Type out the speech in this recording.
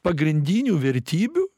pagrindinių vertybių